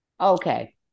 Okay